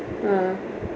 ah